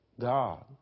God